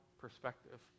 perspective